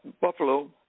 Buffalo